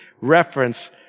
reference